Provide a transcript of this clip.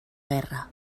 guerra